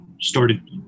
started